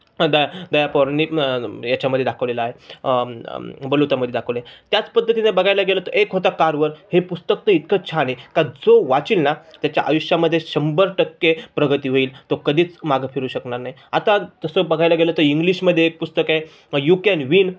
the Daya पवारांनी याच्यामध्ये दाखवलेला आहे बलुतंमध्ये दाखवलं आहे त्याच पद्धतीने बघायला गेलं तर एक होता कार्व्हर हे पुस्तक तर इतकं छान आहे का जो वाचेल ना त्याच्या आयुष्यामध्ये शंभर टक्के प्रगती होईल तो कधीच मागं फिरू शकणार नाही आता जसं बघायला गेलं तर इंग्लिशमध्ये एक पुस्तक आहे यू कॅन विन